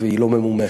והיא לא ממומשת.